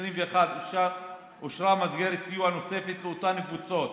אושרה מסגרת סיוע נוספת לאותן קבוצות.